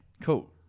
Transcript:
Cool